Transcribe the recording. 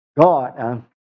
God